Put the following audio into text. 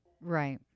Right